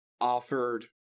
offered